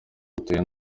bitewe